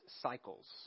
cycles